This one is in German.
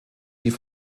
die